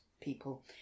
people